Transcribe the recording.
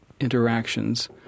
interactions